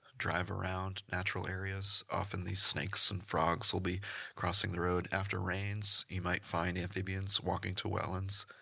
drive around natural areas. often these snakes and frogs will be crossing the road after rains. you might find amphibians walking to wetlands.